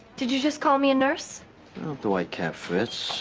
did you just call me a nurse? no do i can't fritz